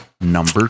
Number